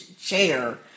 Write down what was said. chair